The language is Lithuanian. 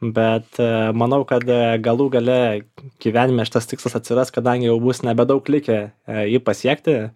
bet a manau kad galų gale gyvenime šitas tikslas atsiras kadangi jau bus nebe daug likę jį pasiekti